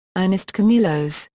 ernest canellos,